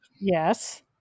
Yes